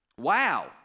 Wow